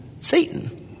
Satan